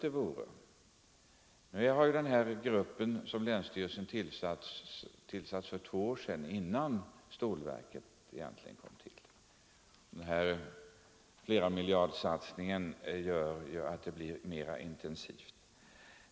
Den särskilda samarbetsgruppen tillsattes ju av länsstyrelsen redan redan för två år sedan — alltså före Stålverk 80, och denna mångmiljardsatsning gör naturligtvis att gruppens arbete blir mera intensivt.